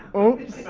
oops.